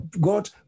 God